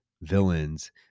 villains